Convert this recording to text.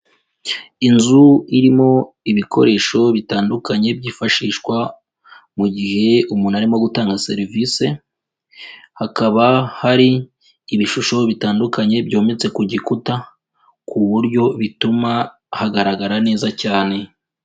Inzu irimo ibikoresho bitandukanye byifashishwa mu gihe umuntu arimo gutanga serivise, hakaba hari ibishusho bitandukanye byometse ku gikuta, ku buryo bituma hagaragara neza cyane.